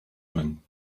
man